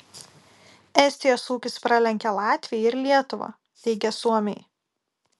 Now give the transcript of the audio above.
estijos ūkis pralenkia latviją ir lietuvą teigia suomiai